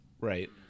Right